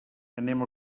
anem